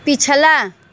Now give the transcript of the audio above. पिछला